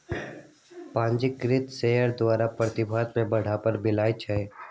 पंजीकृत शेयर द्वारा पारदर्शिता के बढ़ाबा मिलइ छै